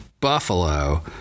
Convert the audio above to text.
Buffalo